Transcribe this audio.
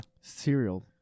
Cereal